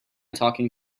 talking